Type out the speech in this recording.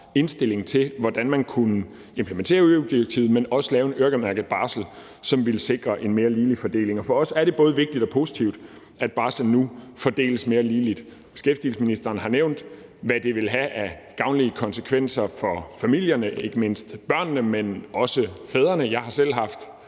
indstilling til, hvordan man kunne implementere EU-direktivet, men også lave en øremærket barsel, som ville sikre en mere ligelig fordeling. For os er det både vigtigt og positivt, at barslen nu fordeles mere ligeligt. Beskæftigelsesministeren har nævnt, hvad det vil have af gavnlige konsekvenser for familierne, ikke mindst børnene, men også fædrene. Jeg har selv haft